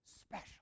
special